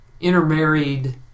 intermarried